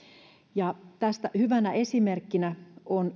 tästä hyvänä esimerkkinä on